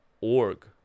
org